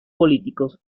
políticos